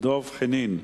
דב חנין,